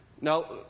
Now